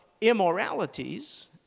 immoralities